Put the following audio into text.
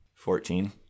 Fourteen